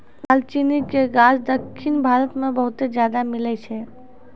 दालचीनी के गाछ दक्खिन भारत मे बहुते ज्यादा मिलै छै